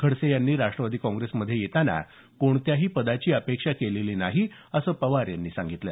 खडसे यांनी राष्ट्रवादी काँग्रेसमध्ये येताना कोणत्याही पदाची अपेक्षा केलेली नाही असं पवार यांनी सांगितलं